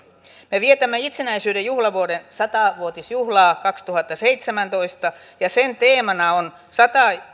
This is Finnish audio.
me vietämme itsenäisyyden juhlavuoden sata vuotisjuhlaa kaksituhattaseitsemäntoista ja sen teemana on sata